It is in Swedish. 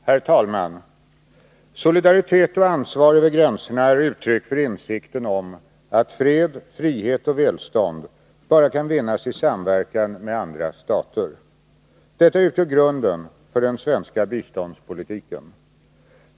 Herr talman! Solidaritet och ansvar över gränserna är uttryck för insikten om att fred, frihet och välstånd bara kan vinnas i samverkan med andra stater. Detta utgör grunden för den svenska biståndspolitiken.